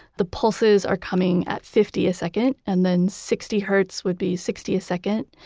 the pulses are coming at fifty a second. and then, sixty hertz would be sixty second.